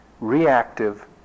reactive